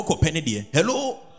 Hello